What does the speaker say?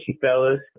fellas